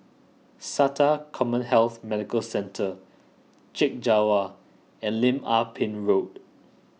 Sata CommHealth Medical Centre Chek Jawa and Lim Ah Pin Road